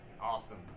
Awesome